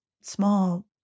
small